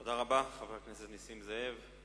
תודה רבה לחבר הכנסת נסים זאב.